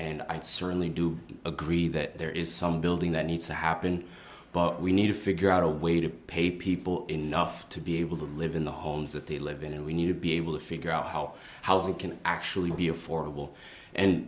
and i certainly do agree that there is some building that needs to happen but we need to figure out a way to pay people enough to be able to live in the homes that they live in and we need to be able to figure out how housing can actually be affordable and